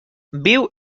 viu